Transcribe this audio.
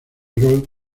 rol